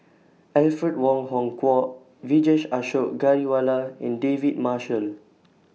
Alfred Wong Hong Kwok Vijesh Ashok Ghariwala and David Marshall